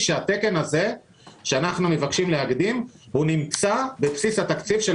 שהתקן הזה שאנחנו מבקשים להדים היא נמצא בבסיס התקציב של